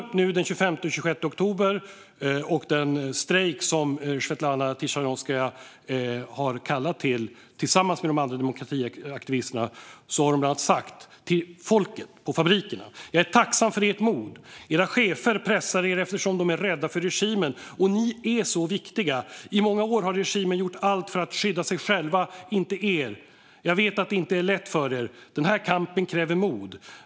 Inför den 25-26 oktober och den strejk som Svetlana Tichanovskaja tillsammans med de andra demokratiaktivisterna har kallat till har de bland annat sagt till folket på fabrikerna: Jag är tacksam för ert mod. Era chefer pressar er, eftersom de är rädda för regimen. Och ni är så viktiga. I många år har regimen gjort allt för att skydda sig själva, inte er. Jag vet att det inte är lätt för er. Den här kampen kräver mod.